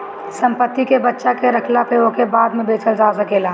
संपत्ति के बचा के रखला पअ ओके बाद में बेचल जा सकेला